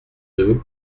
deux